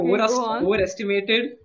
overestimated